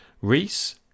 Reese